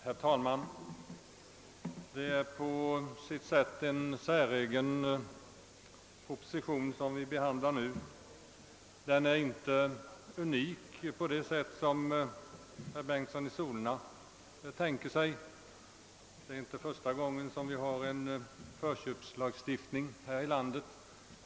Herr talman! Det är en på sitt sätt säregen proposition som vi nu behandlar. Den är inte unik på det sätt som herr Bengtson i Solna tänker sig. Det är inte första gången som vi har en förköpslagstiftning här i landet.